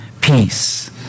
peace